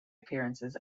appearances